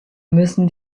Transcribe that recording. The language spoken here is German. müssen